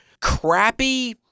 crappy